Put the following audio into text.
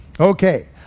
Okay